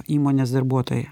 įmonės darbuotojai